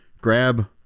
grab